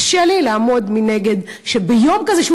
קשה לי לעמוד מנגד כשביום כזה,